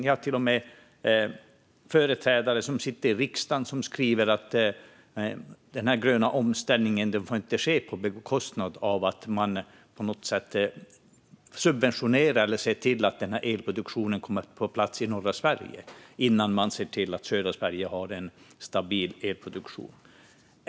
Det finns till och med företrädare i riksdagen som skriver att elproduktionen för den gröna omställningen i norra Sverige inte får komma på plats förrän man sett till att södra Sverige har en stabil elproduktion.